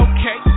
Okay